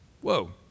Whoa